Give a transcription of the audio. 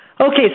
Okay